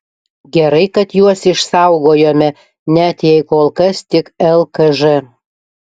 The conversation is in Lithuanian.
gerai kad juos išsaugojome net jei kol kas tik lkž